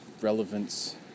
relevance